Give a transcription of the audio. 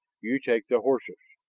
you take the horses!